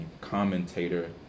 commentator